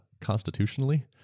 constitutionally